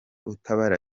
utabara